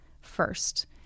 first